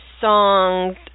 songs